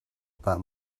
pah